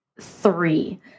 three